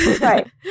Right